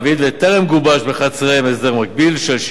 וטרם גובש בחצריהם הסדר מקביל של שינוי